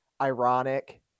ironic